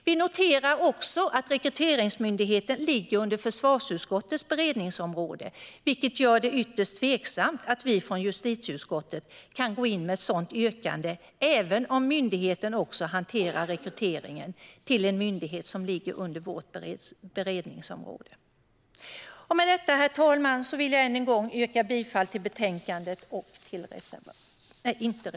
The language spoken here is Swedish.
Vi noterar också att Rekryteringsmyndigheten ligger under försvarsutskottets beredningsområde, vilket gör det ytterst tveksamt att vi från justitieutskottet kan gå in med ett sådant yrkande även om myndigheten också hanterar rekryteringen till en myndighet som ligger under vårt beredningsområde. Med detta, herr talman, vill jag än en gång yrka bifall till förslaget i betänkandet.